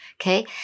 Okay